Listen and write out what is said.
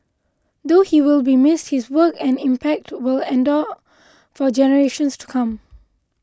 though he will be missed his work and impact will endure for generations to come